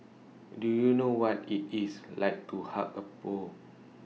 do you know what IT is like to hug A pope